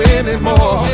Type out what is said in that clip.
anymore